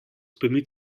bemüht